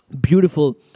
beautiful